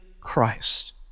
Christ